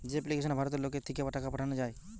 যে এপ্লিকেশনে ভারতের লোকের থিকে টাকা পাঠানা যায়